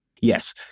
Yes